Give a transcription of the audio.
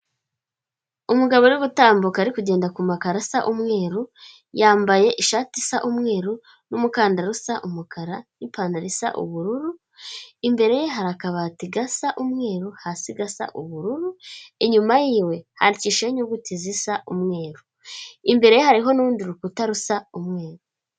Umugabo uri gutambuka, ari kugenda ku makaro asa umweru, yambaye ishati isa umweru, n'umukandara usa umukara, n'ipantaro isa ubururu, imbere ye hari akabati gasa umweru, hasi gasa ubururu, inyuma y'iwe handikishijeho inyuguti zisa umweru. Imbere hariho n'urundi rukuta rusa umwe.